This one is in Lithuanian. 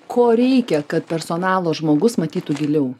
ko reikia kad personalo žmogus matytų giliau